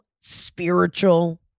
spiritual